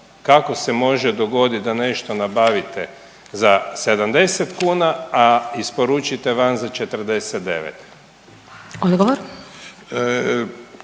kako se može dogoditi da nešto nabavite za 70 kuna, a isporučite van za 49?